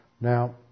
Now